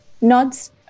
nods